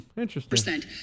interesting